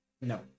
no